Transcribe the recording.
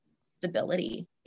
stability